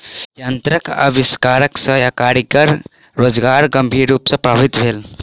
यंत्रक आविष्कार सॅ कारीगरक रोजगार गंभीर रूप सॅ प्रभावित भेल